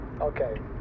Okay